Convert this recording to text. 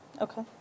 Okay